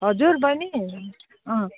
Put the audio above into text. हजुर बहिनी अँ